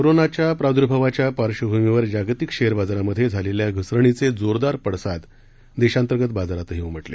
कोरोनाच्या प्रादुर्भावाच्या पार्श्वभूमीवर जागतिक शेअर बाजारामधे झालेल्या घसरणीचे जोरदार पडसाद देशांतर्गत बाजारातही उमटले